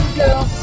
girl